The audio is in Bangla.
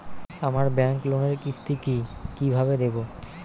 আমার ব্যাংক লোনের কিস্তি কি কিভাবে দেবো?